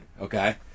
okay